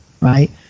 right